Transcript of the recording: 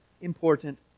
important